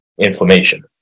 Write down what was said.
inflammation